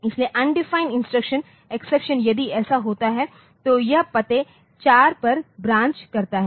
इसलिए undefined instruction exception यदि ऐसा होता है तो यह पते 0x4 पर ब्रांच करता है